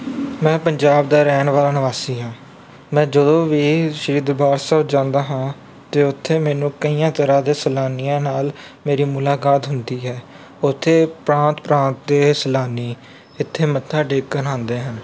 ਮੈਂ ਪੰਜਾਬ ਦਾ ਰਹਿਣ ਵਾਲਾ ਨਿਵਾਸੀ ਹਾਂ ਮੈਂ ਜਦੋਂ ਵੀ ਸ਼੍ਰੀ ਦਰਬਾਰ ਸਾਹਿਬ ਜਾਂਦਾ ਹਾਂ ਤਾਂ ਉੱਥੇ ਮੈਨੂੰ ਕਈਆਂ ਤਰਾਂ ਦੇ ਸੈਲਾਨੀਆਂ ਨਾਲ ਮੇਰੀ ਮੁਲਾਕਾਤ ਹੁੰਦੀ ਹੈ ਉੱਥੇ ਪ੍ਰਾਂਤ ਪ੍ਰਾਂਤ ਦੇ ਸੈਲਾਨੀ ਇੱਥੇ ਮੱਥਾ ਟੇਕਣ ਆਉਂਦੇ ਹਨ